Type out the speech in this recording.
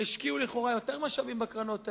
השקיעו לכאורה יותר משאבים בקרנות האלה.